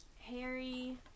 Harry